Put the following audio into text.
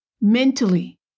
mentally